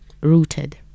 rooted